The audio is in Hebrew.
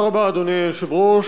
אדוני היושב-ראש,